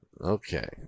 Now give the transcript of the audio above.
Okay